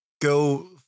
go